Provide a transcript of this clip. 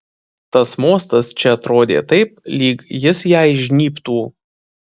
tas mostas čia atrodė taip lyg jis jai žnybtų